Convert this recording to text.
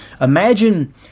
Imagine